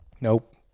Nope